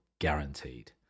guaranteed